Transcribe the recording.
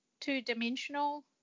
two-dimensional